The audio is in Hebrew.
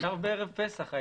אני